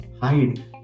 hide